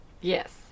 Yes